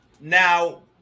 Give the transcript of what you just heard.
Now